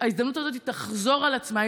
שההזדמנות הזו תחזור על עצמה.